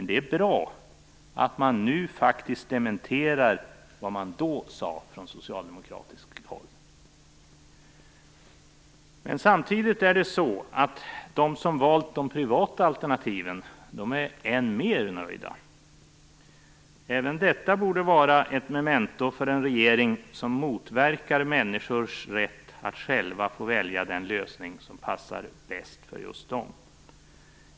Det är bra att man nu faktiskt dementerar vad man då sade från socialdemokratiskt håll. Samtidigt är de som valt de privata alternativen än mer nöjda. Även detta borde vara ett memento för en regering som motverkar människors rätt att själva få välja den lösning som passar bäst för just dem.